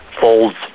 folds